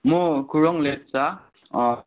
म खुरुङ लेप्चा